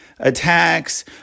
attacks